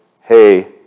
hey